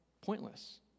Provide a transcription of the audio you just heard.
pointless